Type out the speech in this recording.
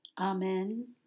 Amen